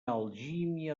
algímia